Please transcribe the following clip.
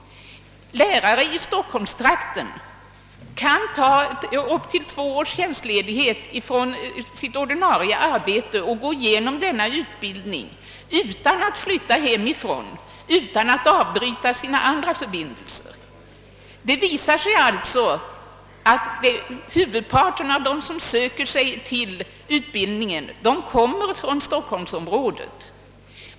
Lärare i stockholmstrakten kan få upp till två års tjänstledighet från sitt ordinarie arbete för att genomgå denna utbildning och de behöver inte flytta hemifrån eller avbryta sina andra förbindelser. Huvudparten av dem som söker till dessa utbildningsanstalter kommer också från stockholmsområdet.